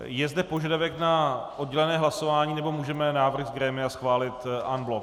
Je zde požadavek na oddělené hlasování, nebo můžeme návrh z grémia schválit en bloc?